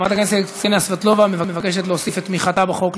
חברת הכנסת קסניה סבטלובה מבקשת להוסיף את תמיכתה בחוק לפרוטוקול.